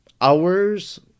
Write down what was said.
hours